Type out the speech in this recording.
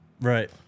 Right